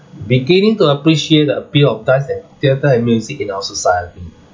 beginning to appreciate the appeal of dance and theatre and music in our society